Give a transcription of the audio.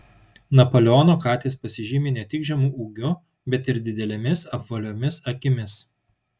napoleono katės pasižymi ne tik žemu ūgiu bet ir didelėmis apvaliomis akimis